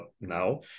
now